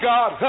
God